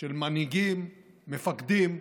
של מנהיגים, מפקדים,